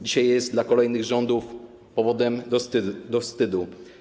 Dzisiaj jest dla kolejnych rządów powodem do wstydu.